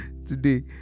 Today